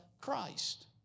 Christ